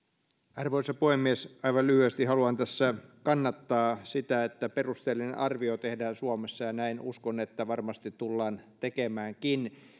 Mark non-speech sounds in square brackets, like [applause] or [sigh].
arvoisa puhemies aivan lyhyesti haluan tässä kannattaa sitä että perusteellinen arvio tehdään suomessa ja uskon että varmasti tullaan tekemäänkin [unintelligible]